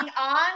on